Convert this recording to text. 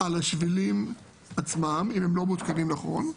על השבילים עצמם אם הם לא מותקנים נכון.